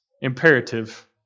imperative